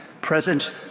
present